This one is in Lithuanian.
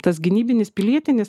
tas gynybinis pilietinis